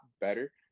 better